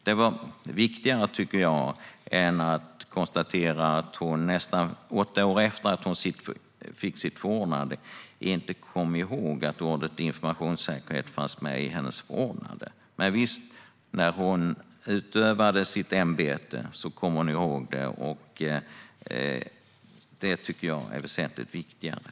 Det var viktigare än att hon nästan åtta år efter sitt förordnande inte kom ihåg att ordet informationssäkerhet fanns med i henne förordnande. Men när hon utövade sitt ämbete kom hon ihåg det. Och det tycker jag är mycket viktigare.